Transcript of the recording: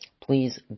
Please